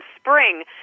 spring